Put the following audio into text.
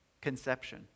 Conception